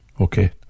Okay